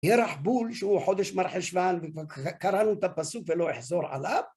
ירח-בול שהוא חודש מרחשוון, וכבר קראנו את הפסוק ולא אחזור עליו